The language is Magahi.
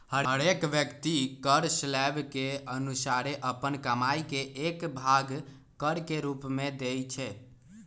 हरेक व्यक्ति कर स्लैब के अनुसारे अप्पन कमाइ के एक भाग कर के रूप में देँइ छै